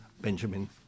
Benjamin